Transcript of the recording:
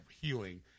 healing